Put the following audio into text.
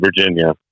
Virginia